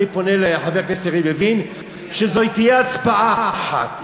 אני פונה לחבר הכנסת יריב לוין שזו תהיה הצבעה אחת,